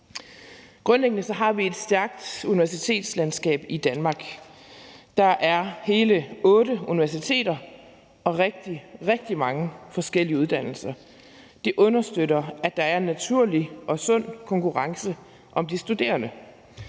Grundlæggende har vi et stærkt universitetslandskab i Danmark. Der er hele otte universiteter og rigtig, rigtig mange forskellige uddannelser. Det understøtter, at der er en naturlig og sund konkurrence om de studerende,